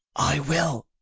i will.